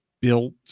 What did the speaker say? built